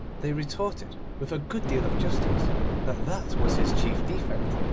they retorted with a good deal of justice that that was his chief defect,